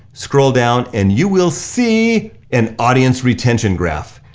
scroll down and you will see an audience retention graph.